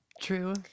True